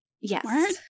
yes